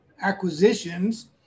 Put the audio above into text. acquisitions